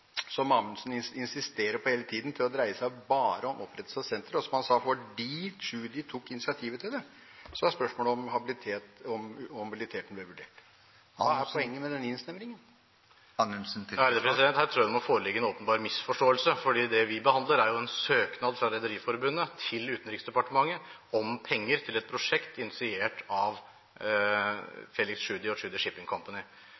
saken, som Anundsen insisterer på hele tiden, til å dreie seg bare om opprettelse av senteret, og – som han sa – fordi Tschudi tok initiativet til det? Så er spørsmålet om habiliteten ble vurdert. Hva er poenget med denne innsnevringen? Her tror jeg det må foreligge en åpenbar misforståelse, for det vi behandler, er jo en søknad fra Rederiforbundet til Utenriksdepartementet om penger til et prosjekt initiert av